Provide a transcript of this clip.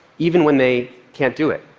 even when they can't do it.